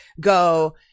go